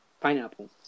Pineapple